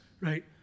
right